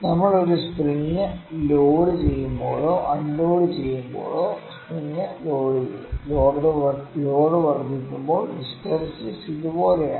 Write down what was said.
നമ്മൾ ഒരു spring load ചെയ്യുമ്പോഴോ അൺലോഡു ചെയ്യുമ്പോഴോ സ്പ്രിംഗ് ലോഡുചെയ്യും ലോഡ് വർദ്ധിക്കുമ്പോൾ ഹിസ്റ്റെറിസിസ് ഇതുപോലെയാണ്